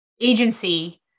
agency